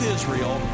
Israel